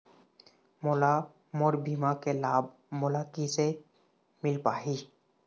मोला मोर बीमा के लाभ मोला किसे मिल पाही?